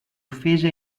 offese